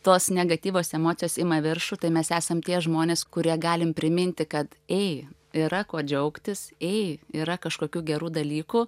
tos negatyvios emocijos ima viršų tai mes esam tie žmonės kurie galim priminti kad ei yra kuo džiaugtis ei yra kažkokių gerų dalykų